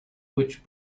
which